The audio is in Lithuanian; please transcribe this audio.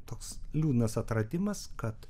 toks liūdnas atradimas kad